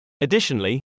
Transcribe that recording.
Additionally